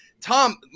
Tom